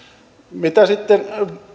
mitä sitten